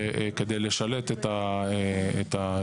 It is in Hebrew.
כדי לשלט את השטח